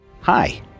hi